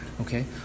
okay